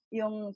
yung